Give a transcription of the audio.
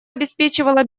обеспечивала